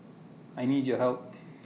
I need your help